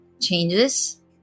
changes